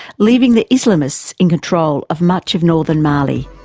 leaving the islamists in control of much of northern mali.